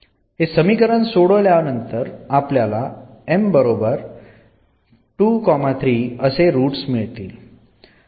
समीकरण सोडल्यावर आपल्याला असे रूट मिळतात